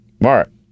Mark